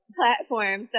platform